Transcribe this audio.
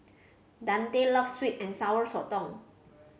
Dante loves sweet and Sour Sotong